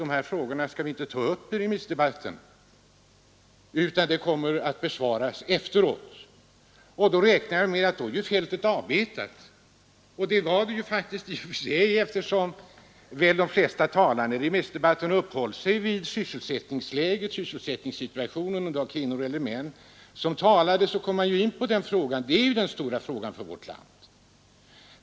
De här frågorna skall vi inte ta upp under remissdebatten, utan interpellationen kommer att besvaras senare.” Jag räknade med att fältet då skulle vara avbetat, och det var det ju faktiskt i och för sig eftersom väl de flesta talarna under remissdebatten uppehöll sig vid sysselsättningssituationen. Vare sig det var kvinnor eller män som talade kom de in på denna fråga. Den är ju också den stora frågan för vårt land.